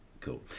Cool